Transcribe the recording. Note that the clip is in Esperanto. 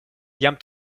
jam